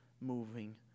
moving